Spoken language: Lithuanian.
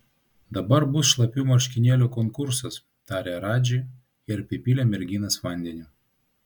dabar bus šlapių marškinėlių konkursas tarė radži ir apipylė merginas vandeniu